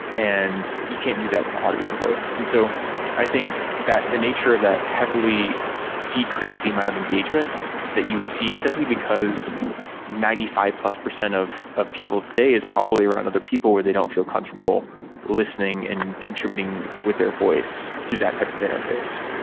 and you can't do that with audio and voice. and so i think the nature of that heavily decreased the amount of engagement that you would see simply because ninety five plus of of people's day is probably around other people where they don't feel comfortable listening and contributing with their voice through that type of interface.